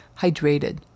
hydrated